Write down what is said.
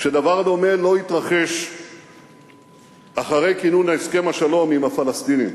שדבר דומה לא יתרחש אחרי כינון הסכם השלום עם הפלסטינים.